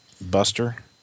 Buster